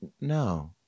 No